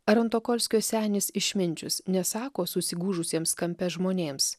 ar antokolskio senis išminčius nesako susigūžusiems kampe žmonėms